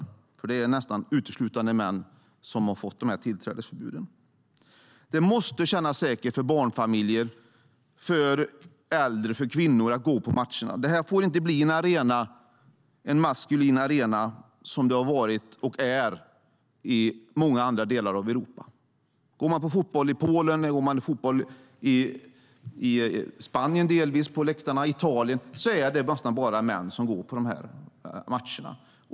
Det är nämligen nästan uteslutande män som har fått tillträdesförbud. Det måste kännas säkert för barnfamiljer, äldre och kvinnor att gå på matcher. Detta får inte bli en maskulin arena som det har varit och är i många andra delar av Europa. I Polen, Spanien och Italien är det nästan bara män som går på fotbollsmatcher.